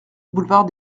boulevard